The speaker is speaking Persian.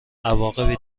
عواقبی